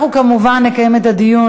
אנחנו כמובן נקיים את הדיון,